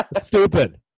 stupid